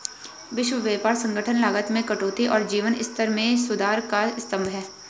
विश्व व्यापार संगठन लागत में कटौती और जीवन स्तर में सुधार का स्तंभ है